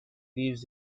lives